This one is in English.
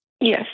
Yes